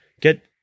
get